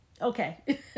Okay